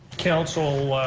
council